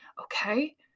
Okay